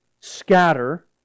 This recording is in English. scatter